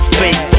fake